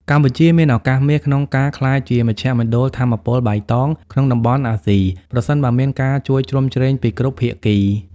កម្ពុជាមានឱកាសមាសក្នុងការក្លាយជា "មជ្ឈមណ្ឌលថាមពលបៃតង" ក្នុងតំបន់អាស៊ី ប្រសិនបើមានការជួយជ្រោមជ្រែងពីគ្រប់ភាគី។